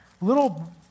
Little